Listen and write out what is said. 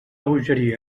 bogeria